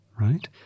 right